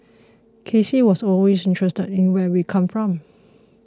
K C was always interested in where we come from